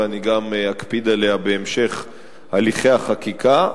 ואני גם אקפיד עליה בהמשך הליכי החקיקה,